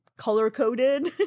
Color-coded